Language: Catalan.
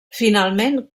finalment